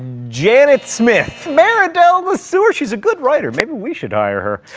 janet smith. meridel le sueur? she's a good writer. maybe we should hire her.